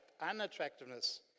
unattractiveness